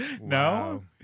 No